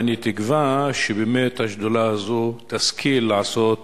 ואני תקווה שהשדולה תשכיל לעשות